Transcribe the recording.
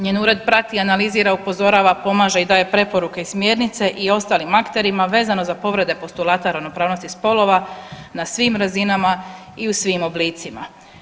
Njen ured prati, analizira, upozorava, pomaže i daje preporuke i smjernice i ostalim akterima vezano za povrede postulata ravnopravnosti spolova na svim razinama i u svim oblicima.